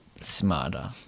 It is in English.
smarter